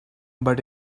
but